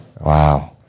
Wow